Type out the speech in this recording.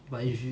but if you